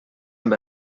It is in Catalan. amb